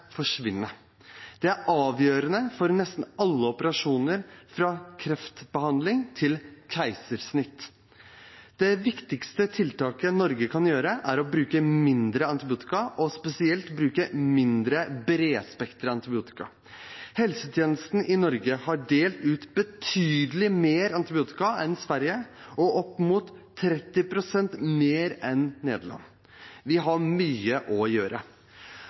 Det er avgjørende for nesten alle operasjoner, fra kreftbehandling til keisersnitt. Det viktigste Norge kan gjøre, er å bruke mindre antibiotika og spesielt mindre bredspektret antibiotika. Helsetjenesten i Norge har delt ut betydelig mer antibiotika enn Sverige og opp mot 30 pst. mer enn Nederland. Vi har mye å gjøre!